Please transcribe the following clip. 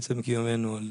מעצם קיומנו על